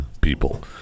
people